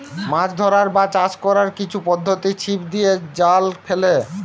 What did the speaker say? মাছ ধরার বা চাষ কোরার কিছু পদ্ধোতি ছিপ দিয়ে, জাল ফেলে